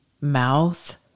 mouth